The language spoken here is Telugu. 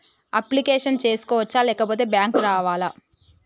అప్లికేషన్ చేసుకోవచ్చా లేకపోతే బ్యాంకు రావాలా?